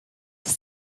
ist